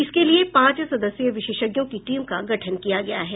इसके लिये पांच सदस्यीय विशेषज्ञों की टीम का गठन किया गया है